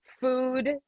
food